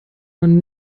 man